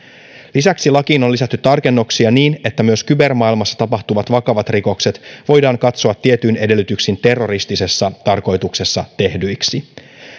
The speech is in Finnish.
lisäksi lakiin on lisätty tarkennuksia niin että myös kybermaailmassa tapahtuvat vakavat rikokset voidaan katsoa tietyin edellytyksin terroristisessa tarkoituksessa tehdyiksi